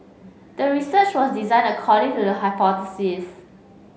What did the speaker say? the research was designed according to the hypothesis